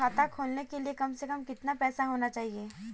खाता खोलने के लिए कम से कम कितना पैसा होना चाहिए?